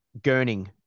gurning